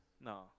No